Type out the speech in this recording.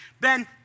Ben